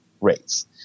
rates